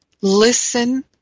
listen